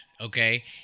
okay